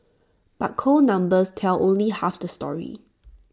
but cold numbers tell only half the story